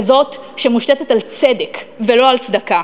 כזאת שמושתתת על צדק ולא על צדקה,